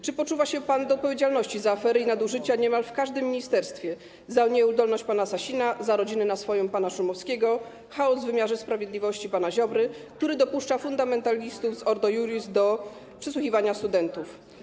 Czy poczuwa się pan do odpowiedzialności za afery i nadużycia w niemal w każdym ministerstwie, za nieudolność pana Sasina, za rodzinę na swoim pana Szumowskiego, chaos w wymiarze sprawiedliwości pana Ziobry, który dopuszcza fundamentalistów z Ordo Iuris do przesłuchiwania studentów?